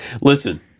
Listen